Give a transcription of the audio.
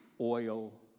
oil